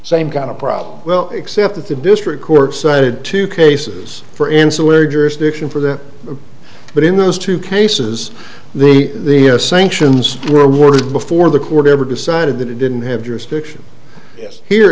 same kind of problem well except that the district court cited two cases for ancillary jurisdiction for that but in those two cases the sanctions were awarded before the court ever decided that it didn't have jurisdiction here